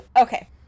Okay